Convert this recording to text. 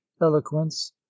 eloquence